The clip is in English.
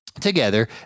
together